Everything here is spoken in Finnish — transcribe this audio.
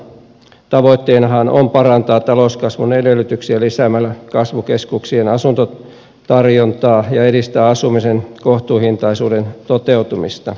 tavoitteenahan on parantaa talouskasvun edellytyksiä lisäämällä kasvukeskuksiin asuntotarjontaa ja edistää asumisen kohtuuhintaisuuden toteutumista